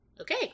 Okay